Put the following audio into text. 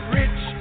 rich